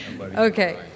Okay